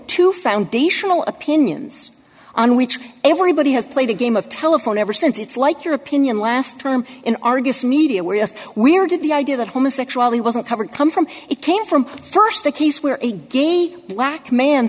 two foundational opinions on which everybody has played a game of telephone ever since it's like your opinion last term in argus media where yes we are to the idea that homosexually wasn't covered come from it came from st a case where a gay black man